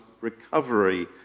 recovery